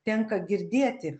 tenka girdėti